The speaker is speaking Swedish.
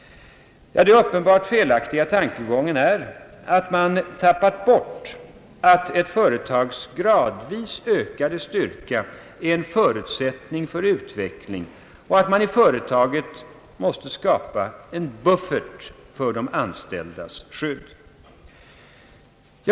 Det uppenbart felaktiga i tankegången är att man tappat bort, att ett företags gradvis ökade styrka är en förutsättning för utveckling och att man i företaget måste skapa en buffert för de anställdas skydd.